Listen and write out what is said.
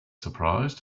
surprised